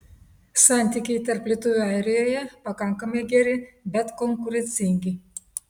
santykiai tarp lietuvių airijoje pakankamai geri bet konkurencingi